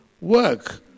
work